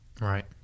Right